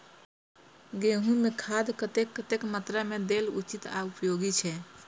गेंहू में खाद कतेक कतेक मात्रा में देल उचित आर उपयोगी छै?